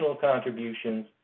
contributions